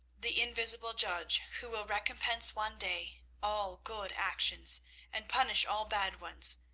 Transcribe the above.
the invisible judge, who will recompense one day all good actions and punish all bad ones,